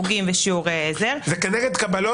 חוגים ושיעורי עזר -- זה כנגד קבלות.